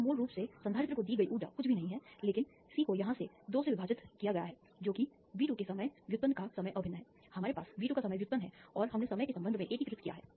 तो मूल रूप से संधारित्र को दी गई ऊर्जा कुछ भी नहीं है लेकिन सी को यहां से दो से विभाजित किया गया है जो कि V2 के समय व्युत्पन्न का समय अभिन्न है हमारे पास V2 का समय व्युत्पन्न है और हमने समय के संबंध में एकीकृत किया है